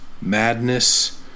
Madness